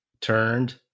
turned